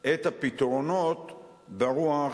את הפתרונות ברוח